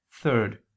Third